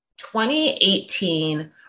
2018